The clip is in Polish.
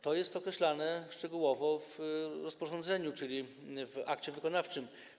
To jest określane szczegółowo w rozporządzeniu, czyli w akcie wykonawczym.